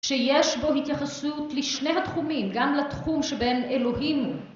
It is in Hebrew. שיש בו התייחסות לשני התחומים, גם לתחום שבהם אלוהים הוא.